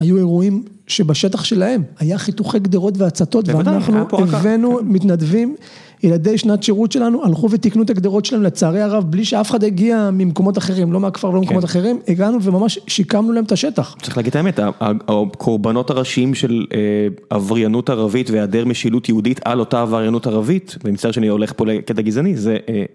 היו אירועים שבשטח שלהם היה חיתוכי גדרות והצתות. ואנחנו הבאנו, מתנדבים, ילדי שנת שירות שלנו, הלכו ותיקנו את הגדרות שלנו, לצערי הרב בלי שאף אחד הגיע ממקומות אחרים, לא מהכפר ולא ממקומות אחרים, הגענו וממש שיקמנו להם את השטח. צריך להגיד האמת, הקורבנות הראשיים של עבריינות ערבית והיעדר משילות יהודית על אותה עבריינות ערבית, ואני מצטער שאני הולך פה לקטע גזעני, זה...